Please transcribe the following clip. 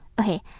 okay